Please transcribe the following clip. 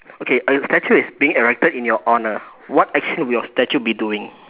okay a statue is being erected in your honour what action will your statue be doing